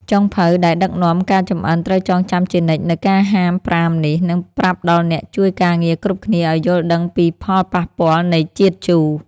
ចុងភៅដែលដឹកនាំការចម្អិនត្រូវចងចាំជានិច្ចនូវការហាមប្រាមនេះ និងប្រាប់ដល់អ្នកជួយការងារគ្រប់គ្នាឱ្យយល់ដឹងពីផលប៉ះពាល់នៃជាតិជូរ។